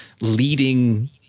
leading